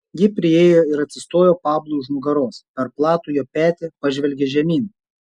ji priėjo ir atsistojo pablui už nugaros per platų jo petį pažvelgė žemyn